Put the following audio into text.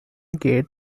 gate